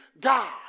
God